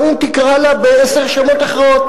גם אם תקרא לה בעשרה שמות אחרים.